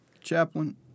Chaplain